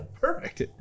Perfect